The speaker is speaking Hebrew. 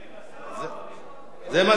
זה מה שמופיע לי כאן.